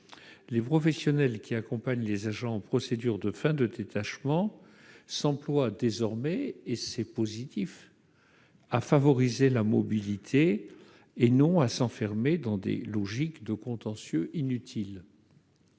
les professionnels qui accompagnent les agents en procédure de fin de détachement s'emploient désormais, et c'est positif, à favoriser la mobilité, et non à s'enfermer dans des logiques de contentieux inutiles.